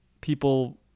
people